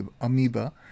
Amoeba